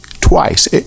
twice